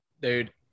Dude